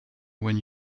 when